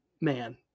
man